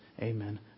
amen